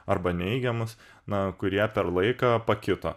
arba neigiamus na kurie per laiką pakito